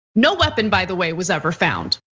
no weapon, by the way, was ever found.